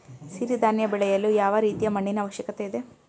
ಸಿರಿ ಧಾನ್ಯ ಬೆಳೆಯಲು ಯಾವ ರೀತಿಯ ಮಣ್ಣಿನ ಅವಶ್ಯಕತೆ ಇದೆ?